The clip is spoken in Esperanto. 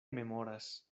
memoras